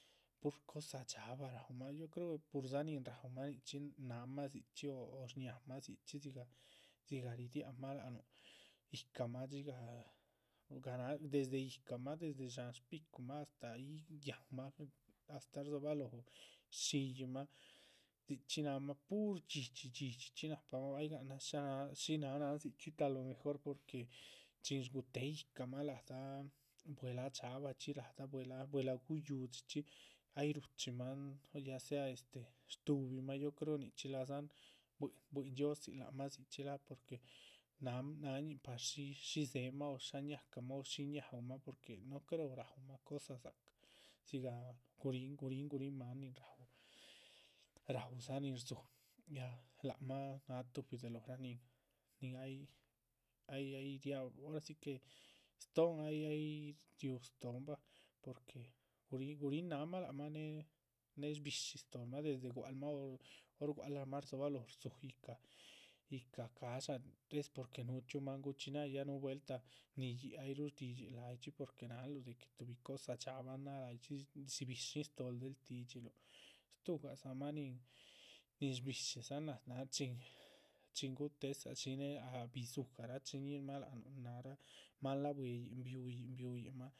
Pur cosa dxaaba raúmah yo creo purdza nihin raúmah, purdza nichxín náhamah dzichxí o shñáhamah dzichxí dzigah, dzigah ridiáhanmah lac nuh yíhcamah. dxigah ganá desde yíhcamah desde sháhan shpicumah astáhyih yáhnmah astáh rdzobalóho shiyiih’ma dzichxí náhmah pur dhxi dhxidhxichxi nahpamah,. ay gahanan shá nahan shí náh náhan dzichxí pero a lo mejor pur que chin shguhutéhe yíhcamah la´dah buelah dxaabachxí la´dah buelah guyu´dxichxi. ay ruhuchimahan ya sea este shduhubimah yo creo nichxídzalahan buihin dhxiózin lac mah dzichxí, láha porque nan náhanñih par shí shí dzémah shá ñáhcamah. o shí ñáuhmah porque no creo raúmah cosa dzacah dzigah guríhn guríhn máan nin raú, raúdza nin rdzú ya lác mah náha tuh de lóhora nin nin ay ay ay ria hora si que. stóon ay riú stóhon bah porque guri gurihn nahmah lác mah, née shbi´shi stóolmah, desde rua´cl mah o hor gua´c ahma rdzóbaloho rdzú yíhca yíhca cadxa. es porque núhu chxíu máan guchxí náha ya nugah vueltah ni yíc ayruh shdidxiluh láyichxi porque náhanluh de que tuhbi cosa dxaabahan náha, láyichxí. dzibi´shin stóooluh buel tídxiluh, stuhugadzamah nin nin shbi´shidza náh, náh chin chin gutézaluh shí néhe ah bidzugah rachiñíhinmah lac nuh nin náhra máan. la´bueyin bihuyin bihuyin mah.